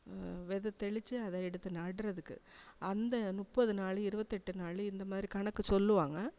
வித தெளிச்சு அதை எடுத்து நடுறத்துக்கு அந்த முப்பது நாள் இருபத்தெட்டு நாள் இந்தமாதிரி கணக்கு சொல்லுவாங்க